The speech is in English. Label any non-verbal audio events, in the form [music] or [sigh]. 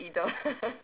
either [laughs]